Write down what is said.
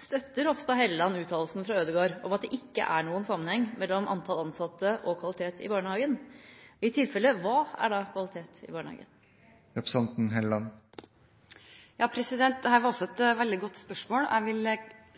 Støtter Hofstad Helleland uttalelsen fra Ødegaard om at det ikke er noen sammenheng mellom antallet ansatte og kvalitet i barnehagen? Hvis så er tilfellet: Hva er da kvalitet i barnehagen? Dette var også et veldig godt spørsmål, og jeg vil